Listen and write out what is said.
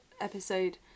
episode